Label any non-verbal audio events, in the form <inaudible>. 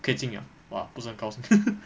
可以进 liao !wah! 不是很高兴 <laughs>